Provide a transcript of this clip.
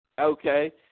okay